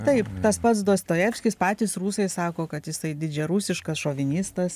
taip tas pats dostojevskis patys rusai sako kad jisai didžiarusiškas šovinistas